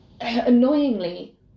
annoyingly